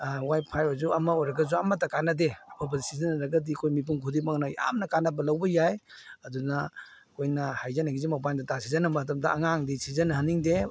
wifi ꯑꯣꯏꯔꯒꯁꯨ ꯑꯃ ꯑꯣꯏꯔꯒꯁꯨ ꯑꯃꯇ ꯀꯥꯟꯅꯗꯦ ꯑꯐꯕ ꯁꯤꯖꯤꯟꯅꯔꯒꯗꯤ ꯑꯩꯈꯣꯏ ꯃꯤꯄꯨꯝ ꯈꯨꯗꯤꯡꯃꯛꯅ ꯌꯥꯝꯅ ꯀꯥꯟꯅꯕ ꯂꯧꯕ ꯌꯥꯏ ꯑꯗꯨꯅ ꯑꯩꯈꯣꯏꯅ ꯍꯥꯏꯖꯅꯤꯡꯏꯁꯦ ꯃꯣꯕꯥꯏꯜ ꯗꯥꯇꯥ ꯁꯤꯖꯤꯟꯅ ꯃꯇꯝꯗ ꯑꯉꯥꯡꯗꯤ ꯁꯤꯖꯤꯟꯅꯍꯟꯅꯤꯡꯗꯦ